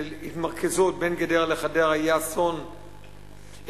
התמרכזות בין גדרה לחדרה היא אסון אקולוגי,